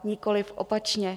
Nikoli opačně.